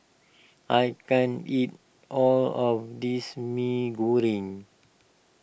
I can't eat all of this Mee Goreng